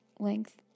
length